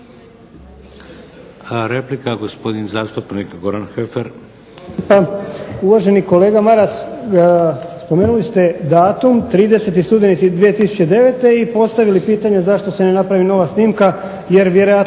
**Heffer, Goran (SDP)** Hvala. Uvaženi kolega Maras spomenuli ste datum 30. studeni 2009. i postavili pitanje zašto se ne napravi nova snimka jer vjerojatno